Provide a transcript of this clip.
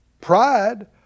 Pride